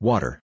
Water